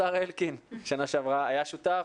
גם השר אלקין בשנה שעברה היה שותף,